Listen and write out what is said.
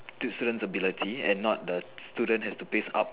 the students will be learning and not the students have to pace up